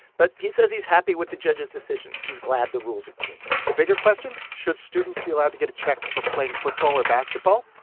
but he says he's happy with the judge's decision. he's glad the rules are changing the bigger question should students be allowed to get a check for playing football or basketball?